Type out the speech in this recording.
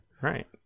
Right